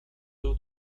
due